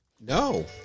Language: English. No